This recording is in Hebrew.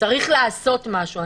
צריך לעשות משהו.